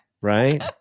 right